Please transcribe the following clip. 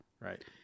Right